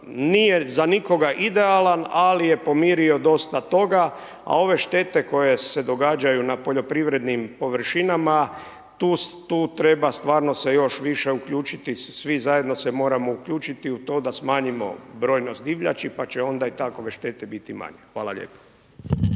nije za nikoga idealan ali je pomirio dosta toga. Ove štete koje se događaju na poljoprivrednim površinama tu treba stvarno se još više uključiti, svi zajedno se moramo uključiti u to da smanjimo brojnost divljači pa će onda i takove štete biti manje. Hvala lijepo.